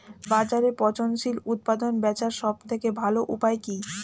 বাজারে পচনশীল উৎপাদন বেচার সবথেকে ভালো উপায় কি?